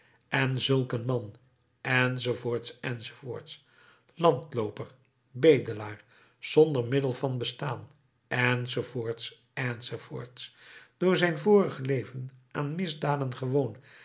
en zulk een man enz enz landlooper bedelaar zonder middel van bestaan enz enz door zijn vorig leven aan misdaden gewoon